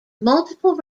multiple